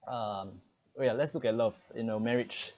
um wait let's look at love in a marriage